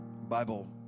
Bible